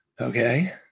okay